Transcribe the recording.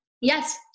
yes